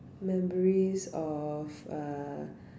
memories of uh